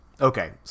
Okay